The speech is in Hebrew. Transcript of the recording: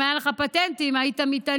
אם היו לך פטנטים היית מתעניין,